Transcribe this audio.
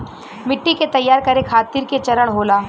मिट्टी के तैयार करें खातिर के चरण होला?